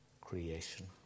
creation